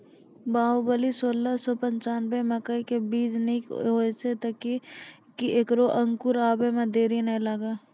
बाहुबली सोलह सौ पिच्छान्यबे मकई के बीज निक होई छै किये की ऐकरा अंकुर आबै मे देरी नैय लागै छै?